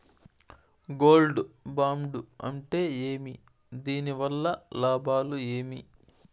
Gold bond అంటే ఏమి? దీని వల్ల లాభాలు ఏమి?